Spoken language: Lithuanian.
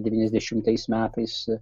devyniasdešimtais metais